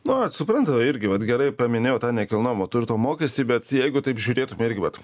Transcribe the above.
na vat suprantu irgi vat gerai paminėjot tą nekilnojamo turto mokestį bet jeigu taip žiūrėtume irgi vat